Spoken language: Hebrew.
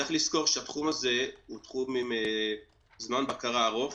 צריך לזכור שהתחום הזה הוא תחום עם זמן בקרה ארוך,